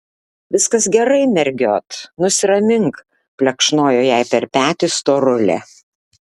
viskas gerai mergiot nusiramink plekšnojo jai per petį storulė